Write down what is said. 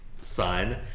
sun